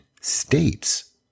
states